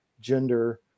gender